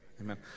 amen